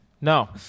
No